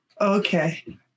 Okay